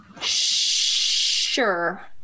Sure